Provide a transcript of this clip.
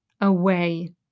away